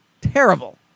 terrible